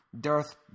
Darth